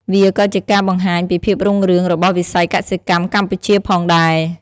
វាក៏ជាការបង្ហាញពីភាពរុងរឿងរបស់វិស័យកសិកម្មកម្ពុជាផងដែរ។